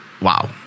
Wow